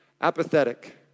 apathetic